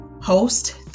host